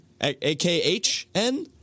A-K-H-N